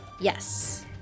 Yes